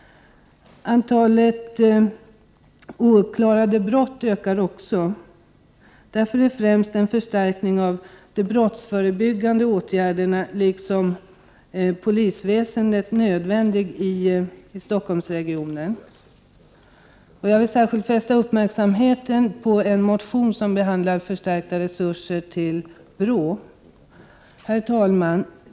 Antalet ouppklarade brott ökar också. Därför är främst en förstärkning av de brottsförebyggande åtgärderna liksom av polisväsendet nödvändig i Stockholmsregionen. Jag vill särskilt fästa uppmärksamheten på en motion om förstärkta resurser till BRÅ. Herr talman!